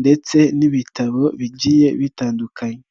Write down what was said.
ndetse n'ibitabo bigiye bitandukanye.